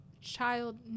child